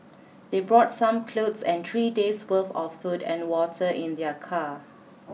they brought some clothes and three days' worth of food and water in their car